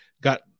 got